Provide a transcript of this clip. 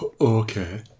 Okay